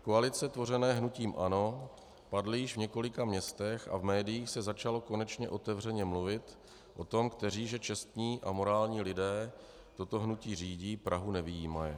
Koalice tvořené hnutím ANO padly již v několika městech a v médiích se začalo konečně otevřeně mluvit o tom, kteří že čestní a morální lidé toto hnutí řídí, Prahu nevyjímaje.